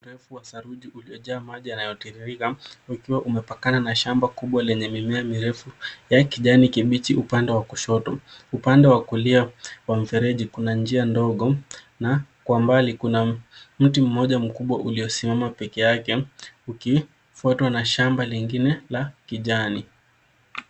Rafu wa saruji ulijaa maji yanayo tiririka ukiwa umepakana na shamba kubwa lenye mimea mirefu ya lijani kibichi upande wa kushoto, upande wa kulia wa mfereji kuna njia ndogo na kwa mbali kuna mti mmoja mkubwa uliosimama peke yake ukifuatwa na shamba lingine la kijani.